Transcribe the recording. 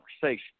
conversation